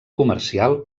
comercial